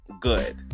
good